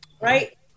right